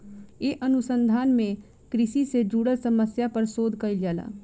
ए अनुसंधान में कृषि से जुड़ल समस्या पर शोध कईल जाला